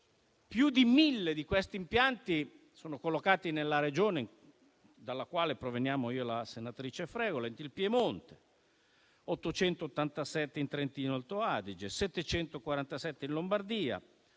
Più di 1.000 di questi impianti sono collocati nella Regione dalla quale proveniamo io e la senatrice Fregolent, il Piemonte; 887 sono in Trentino-Alto Adige, 747 in Lombardia;